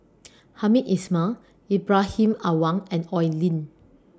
Hamed Ismail Ibrahim Awang and Oi Lin